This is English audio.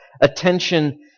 attention